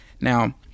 Now